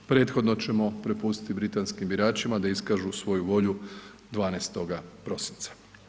Prethodno ćemo prepustiti britanskim biračima da iskažu svoju volju 12. prosinca.